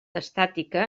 estàtica